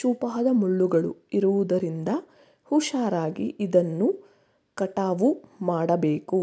ಚೂಪಾದ ಮುಳ್ಳುಗಳು ಇರುವುದರಿಂದ ಹುಷಾರಾಗಿ ಇದನ್ನು ಕಟಾವು ಮಾಡಬೇಕು